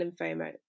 lymphoma